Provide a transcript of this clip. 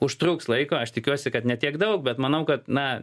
užtruks laiko aš tikiuosi kad ne tiek daug bet manau kad na